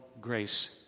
grace